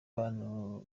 bantu